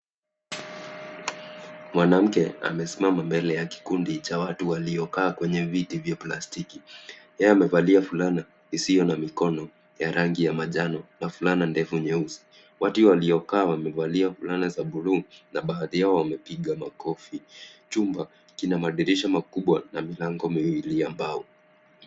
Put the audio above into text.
Mwanamke amesimama mbele ya kikundi cha watu walio kaa kwenye viti vya plastiki, ye amevalia fulana isio na mikono ya rangi ya manjano na fulana ndefu nyeusi. Watu walio kaa wamevalia fulana za bluu na baadhi yao wamepiga makofi, chumba kina madirisha makubwa na milango miwili ya mbao.